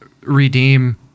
redeem